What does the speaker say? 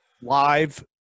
live